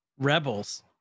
rebels